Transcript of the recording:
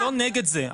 אני לא נגד זה,